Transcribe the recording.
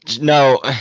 no